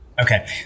Okay